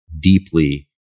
deeply